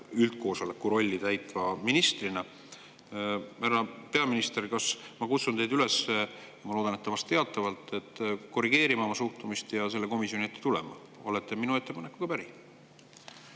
üldkoosoleku rolli täitva ministrina. Härra peaminister, ma kutsun teid üles – ma loodan, et te vastate jaatavalt – korrigeerima oma suhtumist ja selle komisjoni ette tulema. Olete minu ettepanekuga päri?